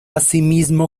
asimismo